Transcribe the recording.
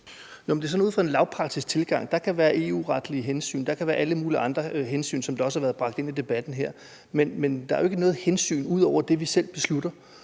Jensen (V): Ud fra en lavpraktisk tilgang kan der være EU-retlige hensyn, og der kan være alle mulige andre hensyn, som også har været bragt ind i debatten her. Men der er jo ikke noget hensyn ud over det, vi selv beslutter,